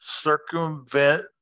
circumvent